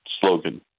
slogan